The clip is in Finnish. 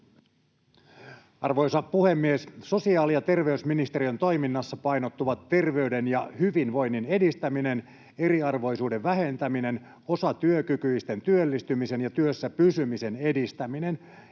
Arvoisa puhemies! Sosiaali- ja terveysministeriön toiminnassa painottuvat terveyden ja hyvinvoinnin edistäminen, eriarvoisuuden vähentäminen, osatyökykyisten työllistymisen ja työssä pysymisen edistäminen,